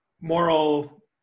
moral